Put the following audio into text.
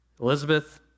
Elizabeth